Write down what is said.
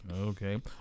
Okay